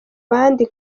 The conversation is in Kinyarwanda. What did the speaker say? bandi